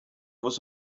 was